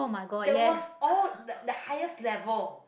that was all the highest level